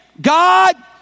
God